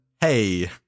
Hey